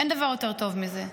אין דבר יותר טוב מזה.